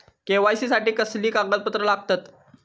KYC साठी कसली कागदपत्र लागतत?